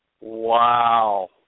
Wow